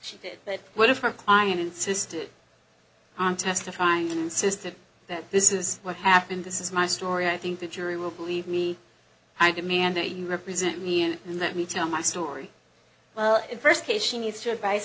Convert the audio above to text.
she did but what if our client sisted on testifying insisted that this is what happened this is my story i think the jury will believe me i demand that you represent me and let me tell my story well in first case she needs your advice